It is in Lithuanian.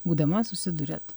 būdama susiduriat